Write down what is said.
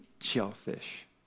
shellfish